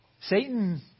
Satan